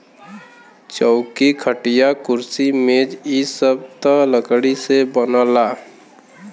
चौकी, खटिया, कुर्सी मेज इ सब त लकड़ी से बनला